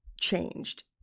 changed